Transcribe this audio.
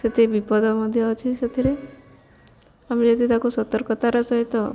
ସେଥି ବିପଦ ମଧ୍ୟ ଅଛି ସେଥିରେ ଆମେ ଯଦି ତାକୁ ସର୍ତକତାର ସହିତ